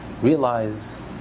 Realize